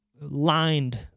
lined